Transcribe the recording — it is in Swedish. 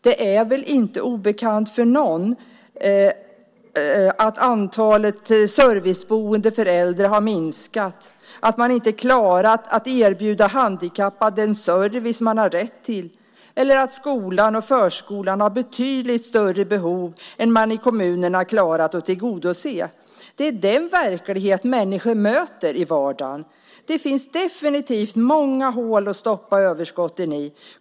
Det är väl inte obekant för någon att antalet serviceboenden för äldre har minskat, att man inte har klarat att erbjuda handikappade den service de har rätt till eller att skolan och förskolan har betydligt större behov än man i kommunerna har klarat att tillgodose. Det är den verklighet människor möter i vardagen. Det finns definitivt många hål att stoppa överskotten i.